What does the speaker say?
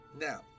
Now